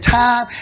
time